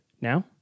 Now